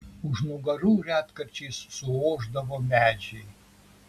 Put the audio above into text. už nugarų retkarčiais suošdavo medžiai